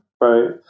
right